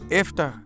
efter